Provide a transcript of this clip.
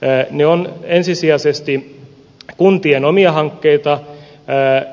greene on ensisijaisesti kuntien omia hankkeitaan